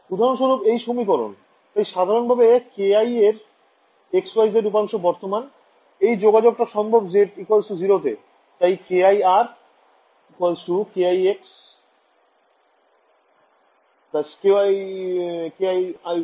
উদাহরণ স্বরুপ এই সমীকরণ তাই সাধারনভাবে ki এর xyz উপাংশ বর্তমান এই যোগাযোগ টা সম্ভব z0তে তাই kir→ kixx kiy y